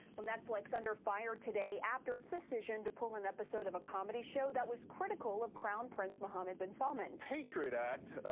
well, netflix under fire today after its decision to pull an episode of a comedy show that was critical of crown prince mohammed bin salman. patriot act,